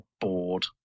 bored